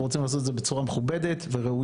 אנחנו רוצים לעשות את זה בצורה מכובדת וראויה